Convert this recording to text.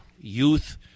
youth